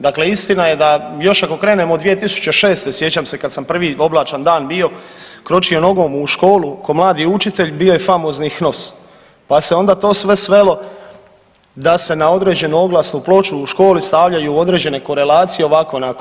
Dakle, istina je da ako krenemo od 2006. sjećam se kad sam prvi oblačan dan bio, kročio nogom u školu ko mladi učitelj bio je famoznih HNOS, pa se onda to sve svelo da se na određenu oglasnu ploču u školi stavljaju određene korelacije ovako onako.